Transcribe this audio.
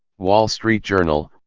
wall street journal,